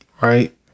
Right